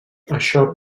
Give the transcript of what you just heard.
això